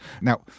Now